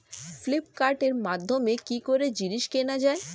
ফ্লিপকার্টের মাধ্যমে কি করে জিনিস কেনা যায়?